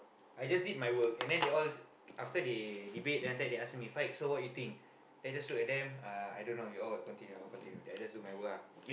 I just did my work and then they all after they debate then after that they ask me Faiq so what you think then just look at them uh I don't know you all continue continue then I just do my work ah